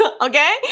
Okay